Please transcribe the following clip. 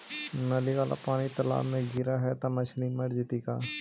नली वाला पानी तालाव मे गिरे है त मछली मर जितै का?